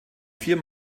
vier